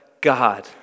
God